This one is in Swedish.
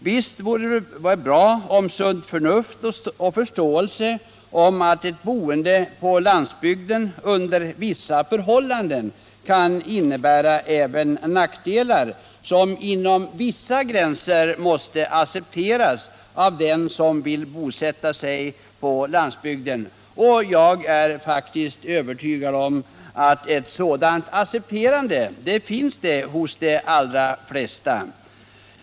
Visst vore det bra med sunt förnuft och förståelse för att ett boende på landsbygden under vissa förhållanden kan innebära även nackdelar som inom vissa gränser måste accepteras av den som vill bosätta sig där. Jag är faktiskt övertygad om att en sådan accepterande inställning finns hos de allra flesta.